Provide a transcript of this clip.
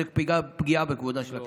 זה פגיעה בכבודה של הכנסת.